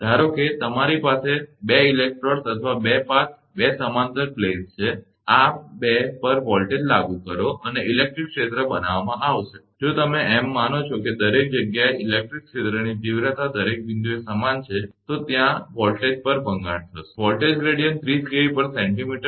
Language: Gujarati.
ધારો કે તમારી પાસે તમારી પાસે 2 ઇલેક્ટ્રોડસ અથવા 2 પાથ 2 સમાંતર પ્લેનસ છે આ 2 પર વોલ્ટેજ લાગુ કરો અને ઇલેક્ટ્રિક ક્ષેત્ર બનાવવામાં આવશે અને જો તમે એમ માનો કે દરેક જગ્યાએ ઇલેક્ટ્રિક ક્ષેત્રની તીવ્રતા દરેક બિંદુએ સમાન છે તો ત્યાં આ વોલ્ટેજ પર ભંગાણ થશે પોટેન્શિયલ ગ્રેડીયંટ 30 kVcm